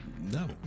No